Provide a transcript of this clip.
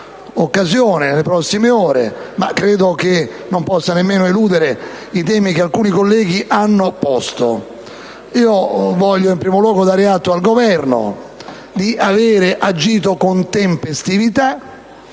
nelle prossime ore, ma credo che non possa nemmeno eludere i temi che alcuni colleghi hanno posto. Voglio, in primo luogo, dare atto al Governo di avere agito con tempestività.